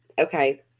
Okay